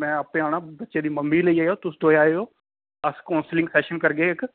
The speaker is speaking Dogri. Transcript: में आपे आना बच्चे दी मम्मी गी लेई आएओ तुस दोए आएओ अस काउसिंलग सैशन करगे इक